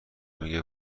میگه